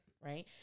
Right